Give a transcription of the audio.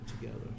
together